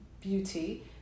beauty